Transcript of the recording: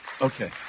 Okay